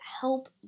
help